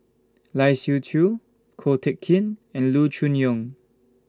Lai Siu Chiu Ko Teck Kin and Loo Choon Yong